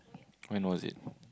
when was it